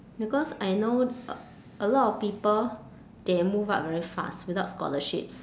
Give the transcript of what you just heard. because I know a a lot of people they move up very fast without scholarships